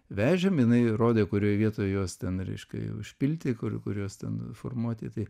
vežėm jinai rodė kurioj vietoj juos ten reiškia jau išpilti kur kur juos ten formuoti tai